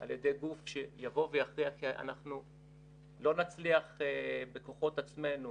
על ידי גוף שיבוא ויכריע כי אנחנו לא נצליח בכוחות עצמנו,